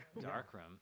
Darkroom